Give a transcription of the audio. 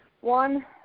One